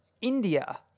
India